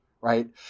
right